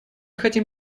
хотим